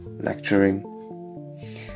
lecturing